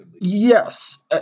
Yes